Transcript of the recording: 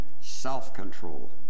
self-control